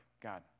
God